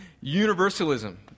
Universalism